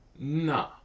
Nah